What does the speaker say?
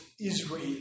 Israel